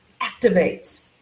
activates